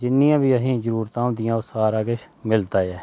जिन्नियां बी असें गी जरूरतां होंदियां ओह् सारा किश मिलदा